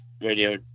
radio